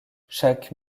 chaque